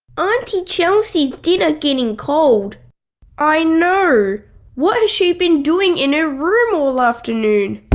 auntie chelsea's dinner getting cold i know what has she been doing in her room all afternoon?